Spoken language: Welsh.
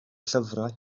llyfrau